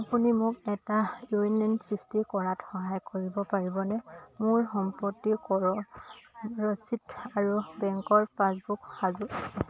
আপুনি মোক এটা ইউ এ এন সৃষ্টি কৰাত সহায় কৰিব পাৰিবনে মোৰ সম্পত্তি কৰ ৰচিদ আৰু বেংকৰ পাছবুক সাজু আছে